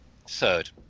third